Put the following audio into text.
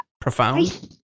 profound